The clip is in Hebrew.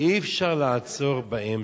אי-אפשר לעצור באמצע.